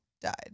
died